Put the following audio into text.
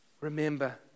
Remember